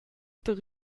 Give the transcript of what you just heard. tier